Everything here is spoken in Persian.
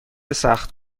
سخت